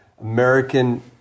American